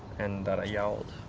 and that i yelled.